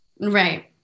Right